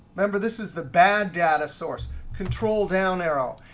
remember this is the bad data source. control down arrow.